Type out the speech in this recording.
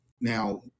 Now